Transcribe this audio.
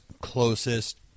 closest